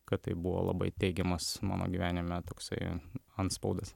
kad tai buvo labai teigiamas mano gyvenime toksai antspaudas